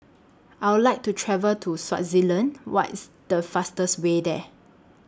I Would like to travel to Swaziland What IS The fastest Way There